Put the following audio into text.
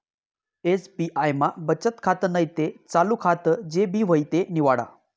SBI मा बचत खातं नैते चालू खातं जे भी व्हयी ते निवाडा